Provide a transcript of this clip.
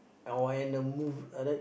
I oh and the move like that